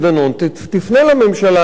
תפנה לממשלה ליצור,